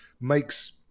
makes